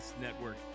Network